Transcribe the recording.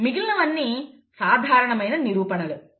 మిగిలినవన్నీ సాధారణమైన నిరూపణలు